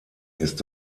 ist